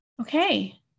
okay